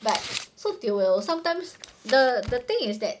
but so they will sometimes the the thing is that